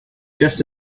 just